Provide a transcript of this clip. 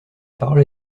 parole